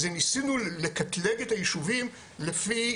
זה ניסינו לקטלג את היישובים לפי